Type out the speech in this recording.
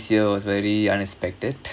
this year was very unexpected